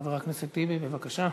חבר הכנסת טיבי, בבקשה.